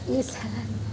ನೀ ಸಲ